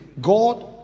God